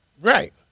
Right